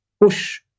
push